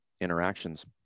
interactions